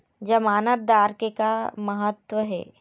जमानतदार के का महत्व हे?